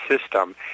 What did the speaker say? system